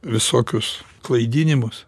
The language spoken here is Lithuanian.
visokius klaidinimus